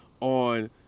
on